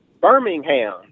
Birmingham